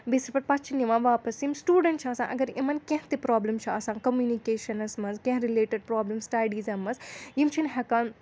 basic پٲٹھۍ پَتہٕ چھِ نِوان واپَس یِم سٹوٗڈنٛٹ چھِ آسان اَگر یِمَن کینٛہہ تہِ پرٛابلِم چھُ آسان کَمٕنِکیشَںَس منٛز کینٛہہ رٕلیٹٕڈ پرٛابلِم سٕٹَڈیٖزَن منٛز یِم چِھنہٕ ہؠکان